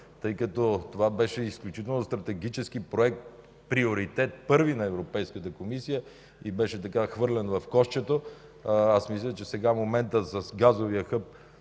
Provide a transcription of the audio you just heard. тъй като това беше изключително стратегически проект – първи приоритет на Европейската комисия, беше така хвърлен в кошчето. Аз мисля, че моментът сега с газовия хъб,